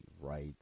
right